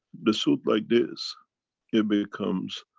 the suit like this it becomes,